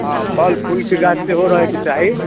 हँ फल फूलके गाछ सेहो रहैके चाही